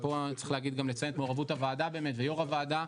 ופה צריך גם לציין את מעורבות הוועדה ויו"ר הוועדה,